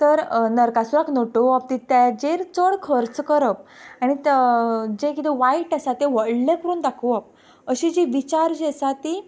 तर नरकासुराक नटोवप ताजेर चड खर्च करप आनी जें किदें वायट आसा तें व्हडलें करून दाखोवप अशी जी विचार जे आसा ती